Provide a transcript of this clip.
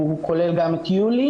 הוא כולל גם את יולי,